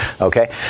Okay